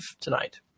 tonight